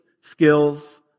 skills